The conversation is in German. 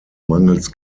mangels